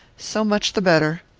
so much the better.